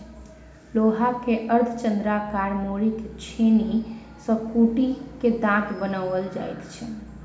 लोहा के अर्धचन्द्राकार मोड़ि क छेनी सॅ कुटि क दाँत बनाओल जाइत छै